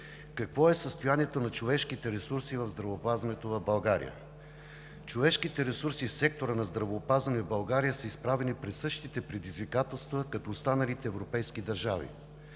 Какво е състоянието на човешките ресурси в здравеопазването в България? Човешките ресурси в сектора на здравеопазването в България са изправени пред същите предизвикателства като останалите европейски държави: